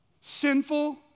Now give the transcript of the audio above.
Sinful